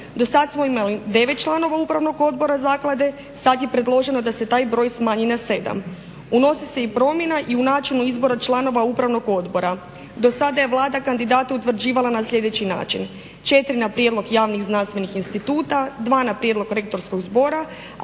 Dosad smo imali 9 članova upravnog odbora zaklade, sad je predloženo da se taj broj smanji na 7. Unosi se i promjena i u načinu izbora članova upravnog odbora. Do sada je Vlada kandidate utvrđivala na sljedeći način: 4 na prijedlog javnih znanstvenih instituta, 2 na prijedlog rektorskog zbora,